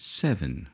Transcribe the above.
seven